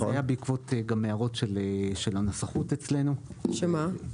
זה היה בעקבות הערות של הנסחות אצלנו -- שמה?